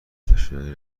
آتشنشانی